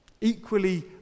equally